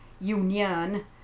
union